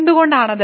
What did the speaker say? എന്തുകൊണ്ടാണത്